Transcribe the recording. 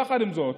יחד עם זאת,